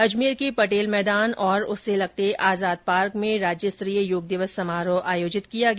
अजमेर के पटेल मैदान और उससे लगते आजाद पार्क में राज्यस्तरीय योग दिवस समारोह आयोजित किया गया